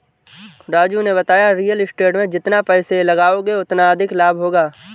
राजू ने बताया real estate में जितना पैसे लगाओगे उतना अधिक लाभ होगा